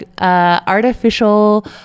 artificial